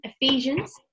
Ephesians